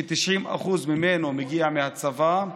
ש-90% ממנו מגיע מהצבא,